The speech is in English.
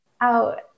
out